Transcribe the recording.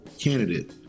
candidate